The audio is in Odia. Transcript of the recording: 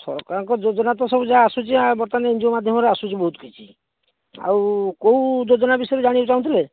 ସରକାରଙ୍କ ଯୋଜନା ତ ସବୁ ଯାହା ଆସୁଛି ଆ ବର୍ତ୍ତମାନ ତ ଏନ୍ଜିଓ ମାଧ୍ୟମରେ ଆସୁଛି ବହୁତ କିଛି ଆଉ କୋଉ ଯୋଜନା ବିଷୟରେ ଜାଣିବାକୁ ଚାହୁଁଥିଲେ